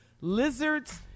lizards